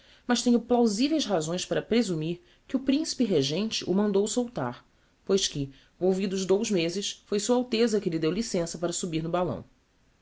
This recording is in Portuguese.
mas tenho plausiveis razões para presumir que o principe regente o mandou soltar pois que volvidos dous mezes foi sua alteza que lhe deu licença para subir no balão